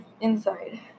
inside